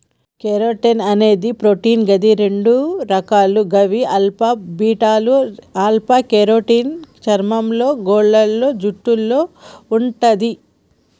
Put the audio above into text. keratin అనేది protein గది రెండు రకాలు గవి ఆల్ఫా, బీటాలు ఆల్ఫ కెరోటిన్ చర్మంలో, గోర్లు, జుట్టులో వుంటది